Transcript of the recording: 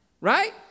Right